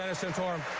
ah santorum